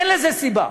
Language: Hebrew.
אין לזה סיבה.